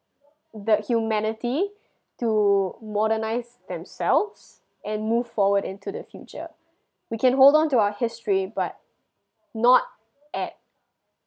the humanity to modernize themselves and move forward into the future we can hold on to our history but not at